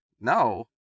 no